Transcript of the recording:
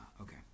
okay